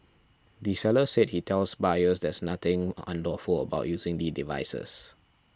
the seller said he tells buyers there's nothing unlawful about using the devices